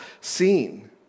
seen